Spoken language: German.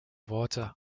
worte